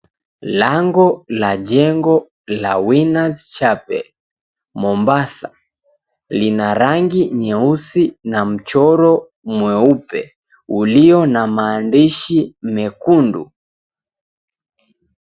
Lango la jengo la Winners Chapel Mombasa, lina rangi nyeusi na mchoro mweupe ulio na maandishi mekundu.